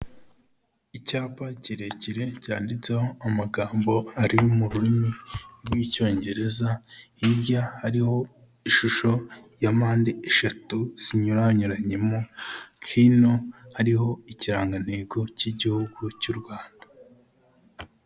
Icyapa kirekire cyanyanditseho amagambo ari mu rurimi rw'Icyongereza, hirya hariho ishusho ya mpande eshatu zinyuranyuranyemo. Hino hariho ikirangantego cy'Igihugu cy'u Rwanda.